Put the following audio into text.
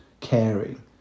caring